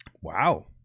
Wow